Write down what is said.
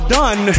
done